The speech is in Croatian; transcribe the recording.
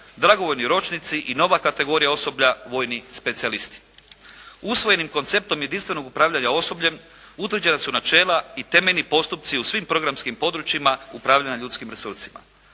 dragovoljni ročnici i nova kategorija osoblja vojni specijalisti. Usvojenim konceptom jedinstvenog upravljanja osobljem utvrđena su načela i temeljni postupci u svim programskim područjima upravljanja ljudskim resursima.